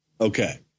Okay